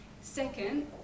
Second